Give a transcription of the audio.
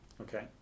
Okay